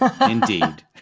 Indeed